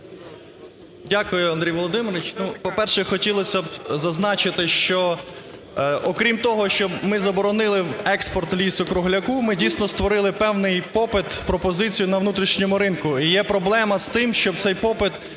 Дякую, Андрій Володимировичу. Ну по-перше, хотілося б зазначити, що, окрім того, що ми заборонили експорт лісу-кругляку, ми дійсно створили певний попит, пропозицію на внутрішньому ринку. І є проблема з тим, щоб цей попит,